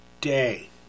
day